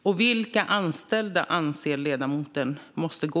Och vilka anställda anser ledamoten måste gå?